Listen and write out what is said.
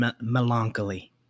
melancholy